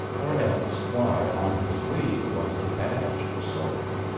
or else why on his sleeve was the badge for stalking?